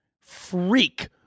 freak